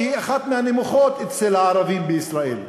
שהיא אחת מהנמוכות אצל הערבים בישראל,